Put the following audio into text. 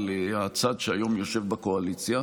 אז אני לא כל כך מבינה את הטרוניה,